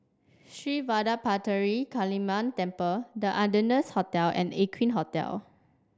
Sri Vadapathira Kaliamman Temple The Ardennes Hotel and Aqueen Hotel